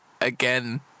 Again